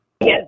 Yes